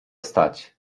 stać